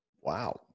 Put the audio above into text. Wow